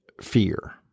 fear